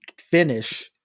finish